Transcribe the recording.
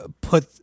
put